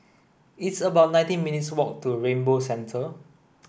it's about nineteen minutes' walk to Rainbow Centre